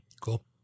Cool